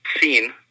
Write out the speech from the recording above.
seen